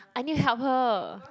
I need to help her